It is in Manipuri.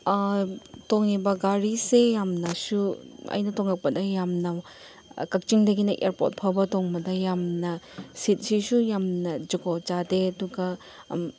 ꯇꯣꯡꯏꯕ ꯒꯥꯔꯤꯁꯦ ꯌꯥꯝꯅꯁꯨ ꯑꯩꯅ ꯇꯣꯡꯉꯛꯄꯗ ꯌꯥꯝꯅ ꯀꯛꯆꯤꯡꯗꯒꯤꯅ ꯏꯌꯥꯔꯄꯣꯠ ꯐꯥꯎꯕ ꯇꯣꯡꯕꯗ ꯌꯥꯝꯅ ꯁꯤꯠꯁꯤꯁꯨ ꯌꯥꯝꯅ ꯖꯨꯒꯣꯠ ꯆꯥꯗꯦ ꯑꯗꯨꯒ